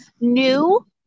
new